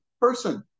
person